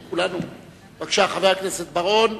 בבקשה, חבר הכנסת בר-און,